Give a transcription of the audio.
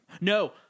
no